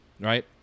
Right